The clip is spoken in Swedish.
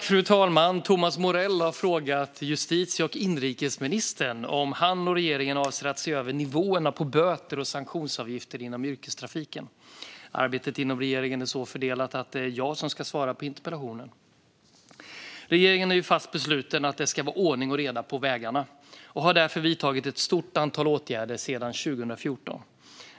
Fru talman! har frågat justitie och inrikesministern om han och regeringen avser att se över nivåerna på böter och sanktionsavgifter inom yrkestrafiken. Arbetet inom regeringen är så fördelat att det är jag som ska svara på interpellationen. Regeringen är fast besluten om att det ska vara ordning och reda på vägarna och har därför vidtagit ett stort antal åtgärder sedan 2014.